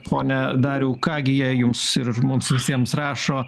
pone dariau ką gi jie jums ir mums visiems rašo